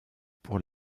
pour